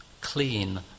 clean